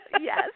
Yes